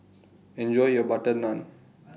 Enjoy your Butter Naan